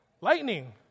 Lightning